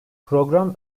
program